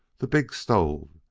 the big stove,